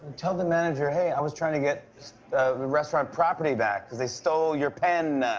tell the manager, hey, i was trying to get restaurant property back cause they stole your pen.